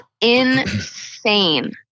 insane